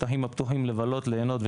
לשטחים הפתוחים לבלות וליהנות,